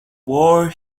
war